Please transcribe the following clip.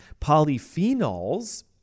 Polyphenols